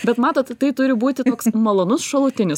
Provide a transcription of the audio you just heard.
bet matot tai turi būti toks malonus šalutinis